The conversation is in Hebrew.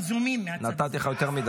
לא תצליחו.